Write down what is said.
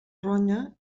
ronya